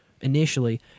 initially